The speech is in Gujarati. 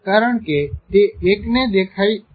કારણ કે તે એક ને દેખાય છે